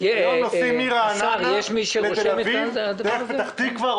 היום נוסעים מרעננה לתל אביב דרך פתח תקווה,